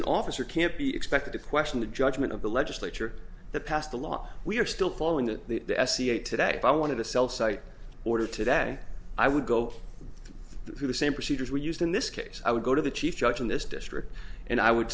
an officer can't be expected to question the judgment of the legislature that passed the law we are still following that the s c eight today i wanted a cell site order today i would go through the same procedures we used in this case i would go to the chief judge in this district and i would